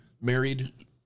Married